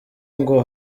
ngo